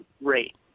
rate